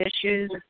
issues